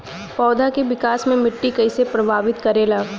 पौधा के विकास मे मिट्टी कइसे प्रभावित करेला?